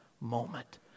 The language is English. moment